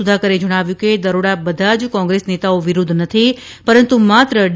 સુધાકરે જણાવ્યું કે દરોડા બધા જ કોંગ્રેસ નેતાઓ વિરૂધ્ધ નથી પરંતુ માત્ર ડી